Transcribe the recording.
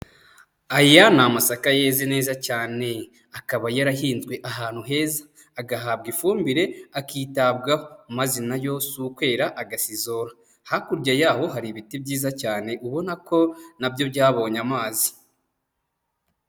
Aya ni amasaka yeze neza cyane, akaba yarahinzwe ahantu heza, agahabwa ifumbire akitabwaho, maze nayo si ukwera agasizora. Hakurya yaho hari ibiti byiza cyane ubona ko, na byo byabonye amazi.